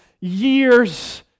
years